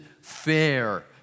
fair